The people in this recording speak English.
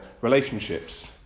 relationships